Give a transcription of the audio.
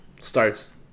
starts